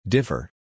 Differ